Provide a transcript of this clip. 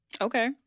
Okay